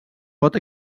pot